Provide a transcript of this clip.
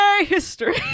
history